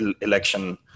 election